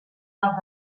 dels